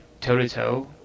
toe-to-toe